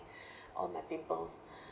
all my pimples